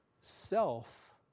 self